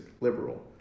liberal